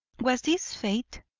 was this fate?